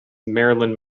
marilyn